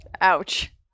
Ouch